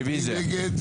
מי נגד?